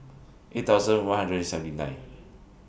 eight thousand one hundred and seventy nine